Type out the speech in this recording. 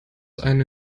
eine